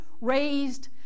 raised